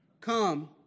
Come